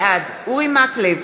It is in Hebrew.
בעד אורי מקלב,